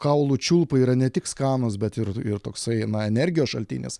kaulų čiulpai yra ne tik skanūs bet ir ir toksai na energijos šaltinis